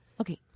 okay